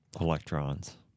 electrons